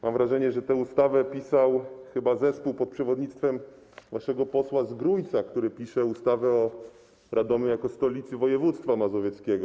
Mam wrażenie, że tę ustawę pisał chyba zespół pod przewodnictwem waszego posła z Grójca, który pisze ustawę o Radomiu jako stolicy województwa mazowieckiego.